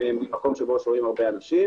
ממקום שבו שוהים אנשים רבים,